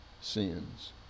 sins